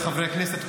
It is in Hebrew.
חבריי חברי הכנסת,